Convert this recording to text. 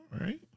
right